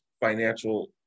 financial